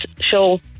show